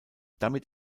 damit